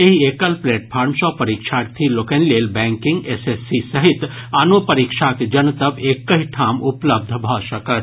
एहि एकल प्लेटफार्म सँ परीक्षार्थी लोकनि लेल बैंकिंग एसएससी सहित आनो परीक्षाक जनतब एकहि ठाम उपलब्ध भऽ सकत